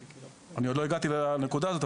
אני עוד לא הגעתי לנקודה הזו,